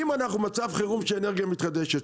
אם אנחנו במצב חירום של אנרגיה מתחדשת,